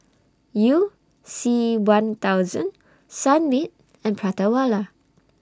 YOU C one thousand Sunmaid and Prata Wala